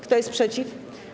Kto jest przeciw?